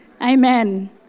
Amen